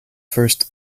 first